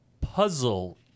Puzzle